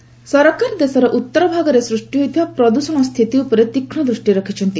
overall pollution ସରକାର ଦେଶର ଉତ୍ତର ଭାଗରେ ସ୍ଚୃଷ୍ଟି ହୋଇଥିବା ପ୍ରଦୃଷଣ ସ୍ଥିତି ଉପରେ ତୀକ୍ଷ୍ଣ ଦୃଷ୍ଟି ରଖିଛନ୍ତି